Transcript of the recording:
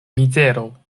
mizero